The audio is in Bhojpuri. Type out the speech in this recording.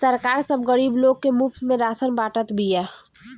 सरकार सब गरीब लोग के मुफ्त में राशन बांटत बिया